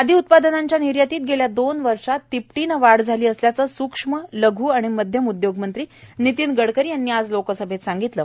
खादी उत्पादनांच्या निर्यातीत गेल्या दोन वर्षात तिपटीनं वाढ झाली असल्याचं स्क्ष्म लघ् आणि मध्यम उदयोगमंत्री नितीन गडकरी यांनी आज लोकसभेत सांगितलं